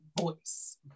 voice